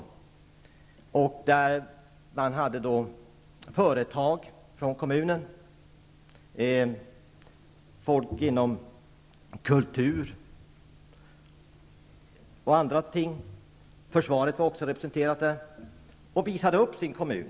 Där fanns representanter från företag, kulturella verksamheter och försvaret osv. som visade upp kommunen.